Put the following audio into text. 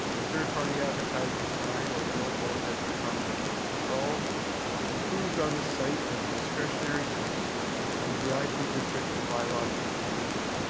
a third party advertising sign or billboard as they're commonly called was approved on this site as a discretionary use under the i two district of bylaw two p eighty.